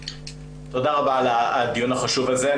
תודה רבה על הדיון החשוב הזה.